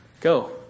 Go